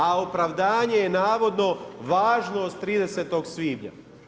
A opravdanje je navodno važnost 30. svibnja.